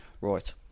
Right